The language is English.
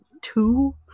two